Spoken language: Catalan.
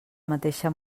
mateixa